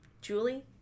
julie